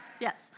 Yes